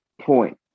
point